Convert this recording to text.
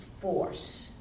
force